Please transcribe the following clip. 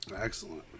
Excellent